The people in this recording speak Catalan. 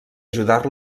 ajudar